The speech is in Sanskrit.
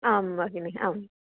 आं भगिनी आम्